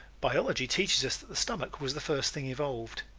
biology teaches us that the stomach was the first thing evolved.